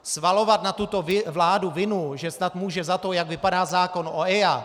Svalovat na tuto vládu vinu, že snad může za to, jak vypadá zákon o EIA...